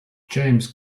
james